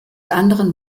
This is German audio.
anderen